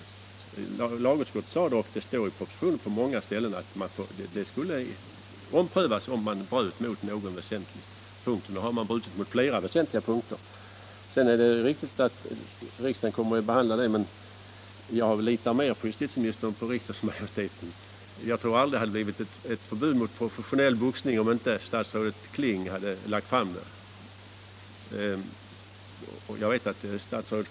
Det sade lagutskottet, och det står i propositionen på många ställen att beslutet skall omprövas om man bryter mot bestämmelserna på någon punkt. Nu har man brutit mot bestämmelserna på flera väsentliga punkter. Riksdagen kommer visserligen att behandla denna fråga, men jag litar mer på justitieministern än på riksdagsmajoriteten. Jag tror aldrig det hade blivit ett förbud mot professionell boxning om inte statsrådet Kling hade lagt fram en proposition.